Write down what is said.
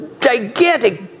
gigantic